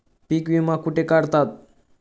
पीक विमा कुठे काढतात?